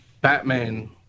Batman